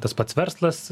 tas pats verslas